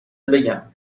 بگم